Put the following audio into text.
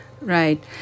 right